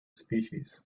species